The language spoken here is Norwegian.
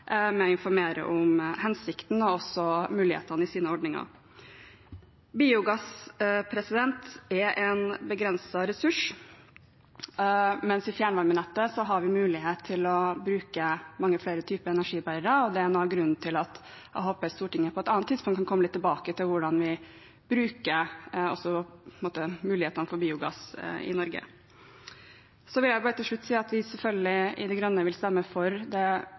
også mulighetene i sine ordninger. Biogass er en begrenset ressurs, mens i fjernvarmenettet har vi mulighet til å bruke mange flere typer energibærere, og det er noe av grunnen til at jeg håper Stortinget på et annet tidspunkt kan komme litt tilbake til hvordan vi bruker biogass, mulighetene for det, i Norge. Så vil jeg bare til slutt si at De Grønne selvfølgelig vil stemme for det